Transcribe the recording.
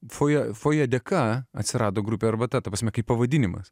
fojė fojė dėka atsirado grupė arbata ta prasme kaip pavadinimas